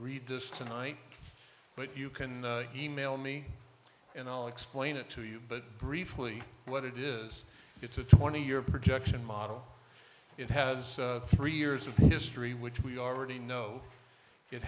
read this tonight but you can email me and i'll explain it to you but briefly what it is it's a twenty year projection model it has three years of history which we already know it